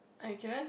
I guess